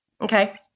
Okay